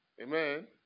Amen